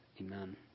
Amen